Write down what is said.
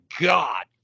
God